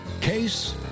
case